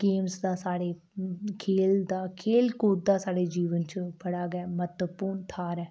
games दा साढ़े खेल दा खेलकूद दा साढ़े जीवन च बड़ा गै म्हत्वपूर्ण थाह्र ऐ